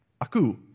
Aku